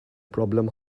problem